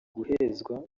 guhezwa